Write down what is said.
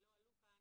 שלא עלו כאן.